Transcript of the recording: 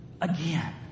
again